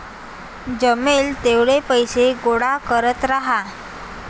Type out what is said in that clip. जमेल तेवढे पैसे गोळा करत राहा